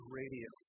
radio